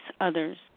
others